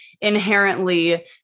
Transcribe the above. inherently